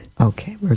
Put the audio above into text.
Okay